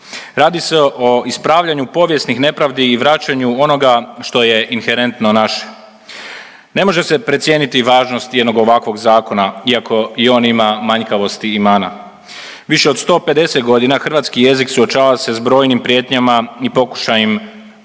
Radi se o ispravljanju povijesnih nepravdi i vraćanju onoga što je inherentno naše. Ne može se precijeniti važnost jednog ovakvog zakona iako i on ima manjkavosti i mana. Više od 150 godina hrvatski jezik suočava se sa brojnim prijetnjama i pokušajem